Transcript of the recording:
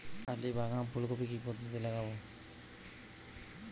Early বা আগাম ফুল কপি কি পদ্ধতিতে লাগাবো?